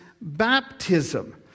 baptism